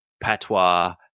patois